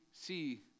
see